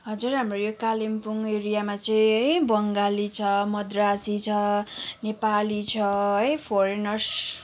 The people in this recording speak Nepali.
हजुर हाम्रो यो कालिम्पोङ एरियामा चाहिँ है बङ्गाली छ मद्रासी छ नेपाली छ है फोरेनर्स